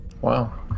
Wow